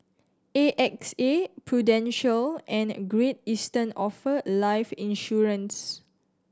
A X A Prudential and Great Eastern offer life insurance